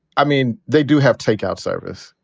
i mean, they do have takeout service.